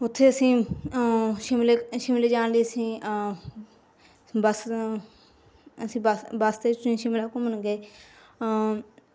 ਉੱਥੇ ਅਸੀਂ ਸ਼ਿਮਲੇ ਸ਼ਿਮਲੇ ਜਾਣ ਲਈ ਅਸੀਂ ਬੱਸ ਅਸੀਂ ਬੱਸ ਬੱਸ 'ਤੇ ਸ਼ਿਮਲਾ ਘੁੰਮਣ ਗਏ